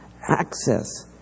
access